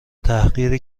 تحقیر